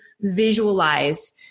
visualize